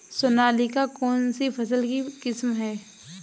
सोनालिका कौनसी फसल की किस्म है?